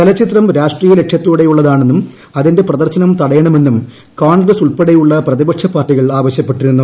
ചലച്ചിത്രം രാഷ്ട്രീയ ലക്ഷ്യത്തോടെയുള്ളതാണെന്നും അതിന്റെ പ്രദർശനം തടയണമെന്നും കോൺഗ്രസ് ഉൾപ്പെടെയുള്ള പ്രതിപക്ഷ പാർട്ടികൾ ആവശ്യപ്പെട്ടിരുന്നു